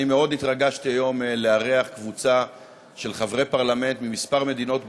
אני מאוד התרגשתי היום לארח קבוצה של חברי פרלמנט מכמה מדינות בעולם,